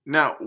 Now